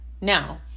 Now